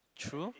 true